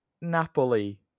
Napoli